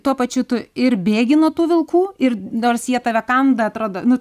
tuo pačiu tu ir bėgi nuo tų vilkų ir nors jie tave kanda atrodo nu